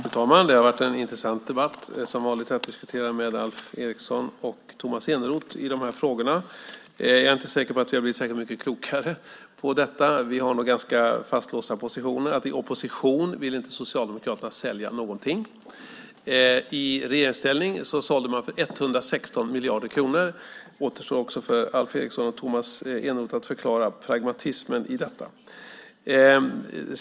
Fru talman! Det har varit en intressant debatt, som vanligt med Alf Eriksson och Tomas Eneroth, i de här frågorna. Men jag är inte säker på att vi har blivit särskilt mycket klokare på detta. Vi har nog ganska fastlåsta positioner. I opposition vill Socialdemokraterna inte sälja någonting. I regeringsställning sålde man för 116 miljarder kronor. Det återstår för Alf Eriksson och Tomas Eneroth att också förklara pragmatismen i detta.